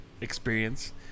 experience